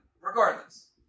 Regardless